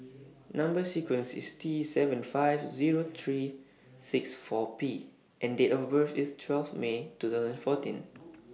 Number sequence IS T seven five Zero three six four P and Date of birth IS twelve May two thousand fourteen